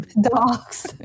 Dogs